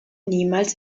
niemals